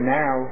now